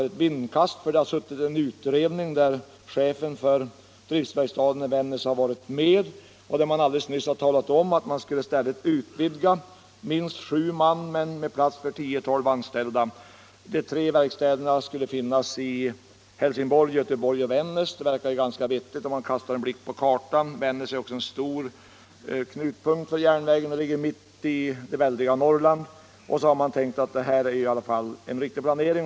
Det har nämligen gjorts en utredning, där chefen för driftsverkstaden i Vännäs varit med. I den har det talats om att man skulle utvidga: man skulle ha minst sju man anställda men plats för tio tolv. De tre verkstäderna på detta område skulle ligga i Helsingborg, Göteborg och Vän Det verkar också vettigt om vi kastar en blick på kartan. Vännäs är även en stor knutpunkt för järnvägen och ligger mitt i det väldiga Norrland. Befolkningen i Vännäs har tyckt att detta är en riktig planering.